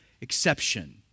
exception